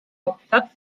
hauptstadt